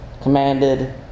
commanded